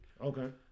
Okay